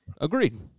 Agreed